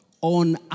on